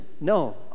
no